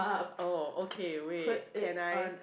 oh okay wait can I